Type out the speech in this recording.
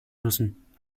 müssen